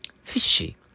Fishy